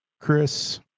Chris